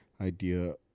idea